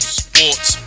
sports